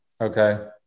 Okay